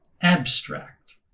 abstract